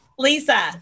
Lisa